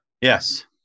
yes